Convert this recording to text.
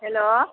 hello